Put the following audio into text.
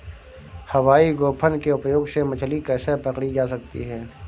हवाई गोफन के उपयोग से मछली कैसे पकड़ी जा सकती है?